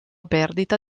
perdita